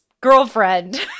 girlfriend